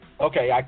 Okay